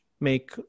make